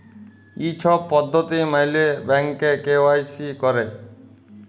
ই ছব পদ্ধতি ম্যাইলে ব্যাংকে কে.ওয়াই.সি ক্যরে